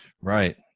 Right